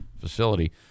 facility